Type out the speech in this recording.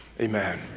amen